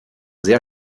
sehr